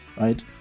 right